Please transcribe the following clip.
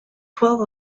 twelve